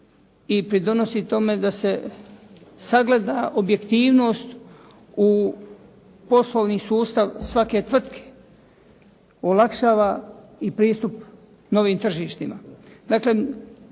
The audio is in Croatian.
i pridonosi tome da se sagleda objektivnost u poslovni sustav svake tvrtke, olakšava i pristup novim tržištima. Dakle,